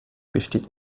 besteht